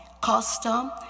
custom